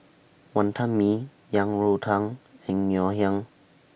Wonton Mee Yang Rou Tang and Ngoh Hiang